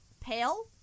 pale